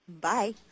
Bye